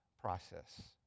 process